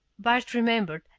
bart remembered,